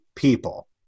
People